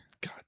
God